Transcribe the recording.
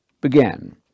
began